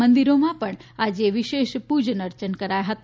મંદિરોમાં પણ આજે વિશેષ પૂજન અર્ચન કરાયા હતા